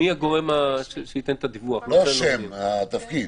244 לחוק השיפוט הצבאי.